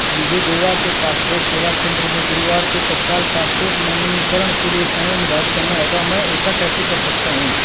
मुझे गोवा के पासपोर्ट सेवा केन्द्र में गुरुवार को तत्काल पासपोर्ट नवीनीकरण के लिए समय निर्धारित करना होगा मैं ऐसा कैसे कर सकता हूँ